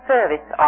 Service